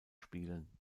spielen